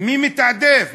מי מתעדף?